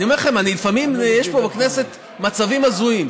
אני אומר לכם, לפעמים יש פה בכנסת מצבים הזויים.